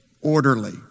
orderly